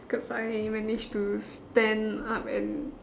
cause I managed to stand up and